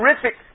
terrific